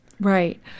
Right